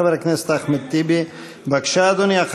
חבר הכנסת אחמד טיבי, בבקשה, אדוני.